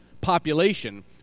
population